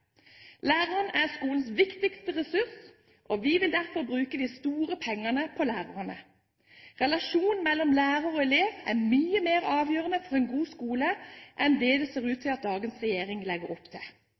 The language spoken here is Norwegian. Læreren er skolens viktigste ressurs, og vi vil derfor bruke de store pengene på lærerne. Relasjonen mellom lærer og elev er mye mer avgjørende for en god skole enn det det ser ut